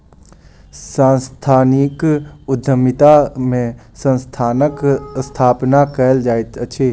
सांस्थानिक उद्यमिता में संस्थानक स्थापना कयल जाइत अछि